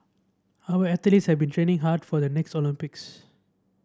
our athletes have been training hard for the next Olympics